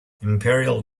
imperial